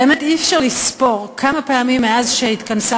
באמת אי-אפשר לספור כמה פעמים מאז התכנסה